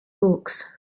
books